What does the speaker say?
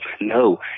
No